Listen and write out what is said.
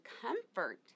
comfort